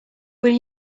will